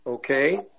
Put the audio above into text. Okay